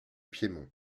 piémont